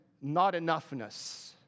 not-enoughness